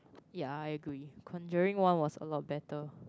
ya I agree conjuring one was a lot better